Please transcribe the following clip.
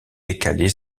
décalée